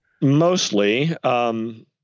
Mostly